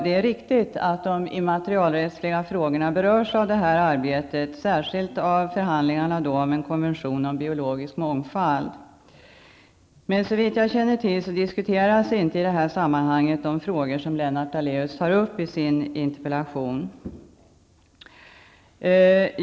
Det är riktigt att de immaterialrättsliga frågorna berörs av detta arbete, särskilt av förhandlingarna om en konvention om biologisk mångfald. Men såvitt jag känner till diskuteras i detta sammanhang inte de frågor som Lennart Daléus tar upp i sin interpellation.